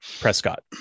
Prescott